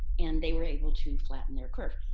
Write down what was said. and they were able to flatten their curve.